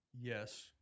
yes